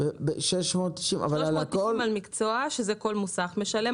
390 שקלים על מקצוע ראשון שכל מוסך משלם